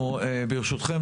אנחנו ברשותכם,